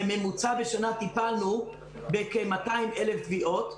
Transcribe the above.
בשנה טיפלנו בממוצע בכ-200,000 תביעות.